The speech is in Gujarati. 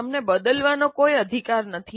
તમને બદલવાનો કોઈ અધિકાર નથી